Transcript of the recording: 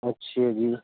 اچھا جی